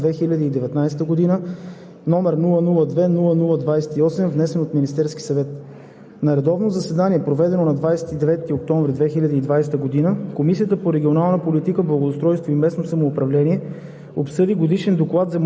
Уважаеми господин Председател, уважаеми колеги! „ДОКЛАД на Комисията по регионална политика, благоустройство и местно самоуправление относно Годишен доклад за младежта за 2019 г., № 002-002-28, внесен от Министерския съвет